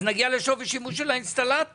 אז נגיע לשווי שימוש של האינסטלטור